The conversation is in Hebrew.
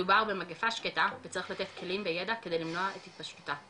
מדובר במגפה שקטה וצריך לתת כלים וידע כדי למנוע את התפשטותה,